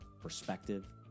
perspective